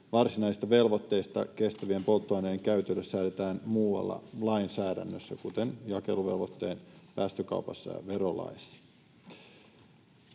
varsinaisista velvoitteista kestävien polttoaineiden käytölle säädetään muualla lainsäädännössä, kuten jakeluvelvoitteen päästökaupassa ja verolaissa.